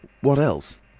what else?